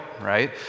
right